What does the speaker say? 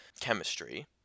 chemistry